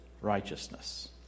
righteousness